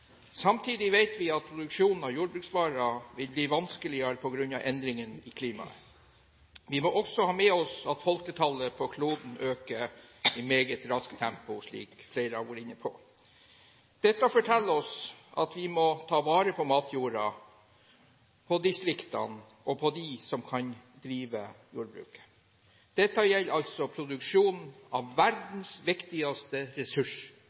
Samtidig vet vi at produksjonen av jordbruksvarer vil bli vanskeligere på grunn av endringene i klimaet. Vi må også ha med oss at folketallet på kloden øker i meget raskt tempo, slik flere har vært inne på. Dette forteller oss at vi må ta vare på matjorda, på distriktene og på dem som kan drive jordbruket. Dette gjelder altså produksjonen av verdens viktigste ressurs